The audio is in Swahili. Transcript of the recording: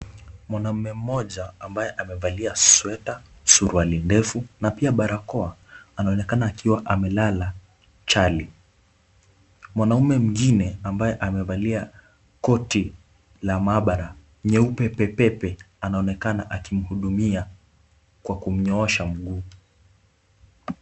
Mwanaume mmoja ambaye amevalia sweta, suruali ndefu na pia barakoa, anaonekana akiwa amelala chali. Mwanaume mwingine ambaye amevalia koti la maabara nyeupe pepepe, anaonekana akimhudumia kwa kunyoosha mguu.